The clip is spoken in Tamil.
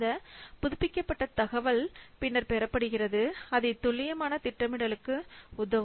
இந்த புதுப்பிக்கப்பட்ட தகவல் பின்னர் பெறப்படுகிறது அவை துல்லியமான திட்டமிடலுக்கு உதவும்